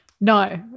No